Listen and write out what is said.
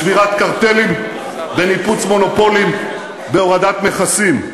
בשבירת קרטלים, בניפוץ מונופולים, בהורדת מכסים.